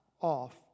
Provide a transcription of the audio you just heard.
off